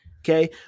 Okay